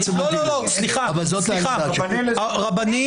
בן 82. לדעתי הוא שמח שאני אומר בחור,